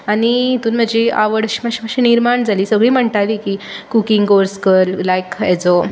आनी हितून म्हाजी आवड मात्शी मात्शी निर्माण जाली सगळीं म्हणटालीं की कुकींग कोर्स कर लाय्क हेजो